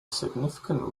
significant